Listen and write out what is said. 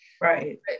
right